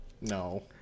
no